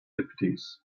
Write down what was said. fifties